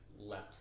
left